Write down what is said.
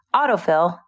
autofill